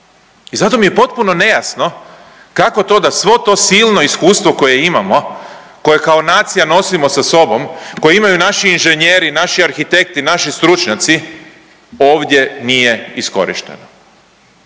i zato mi je potpuno nejasno kako to da svo to silo iskustvo koje imamo, koje kao nacija nosimo sa sobom, koje imaju naši inženjeri i naši arhitekti i naši stručnjaci, ovdje nije iskorišteno